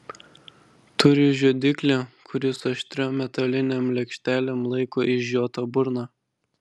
turi žiodiklį kuris aštriom metalinėm lėkštelėm laiko išžiotą burną